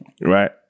Right